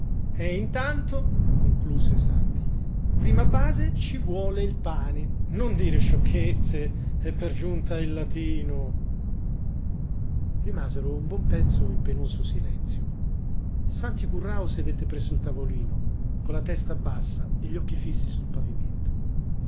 e intanto concluse santi prima base ci vuole il pane non dire sciocchezze e per giunta in latino rimasero un buon pezzo in penoso silenzio santi currao sedette presso il tavolino con la testa bassa e gli occhi fissi sul pavimento